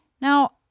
Now